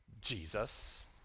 Jesus